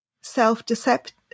self-deceptive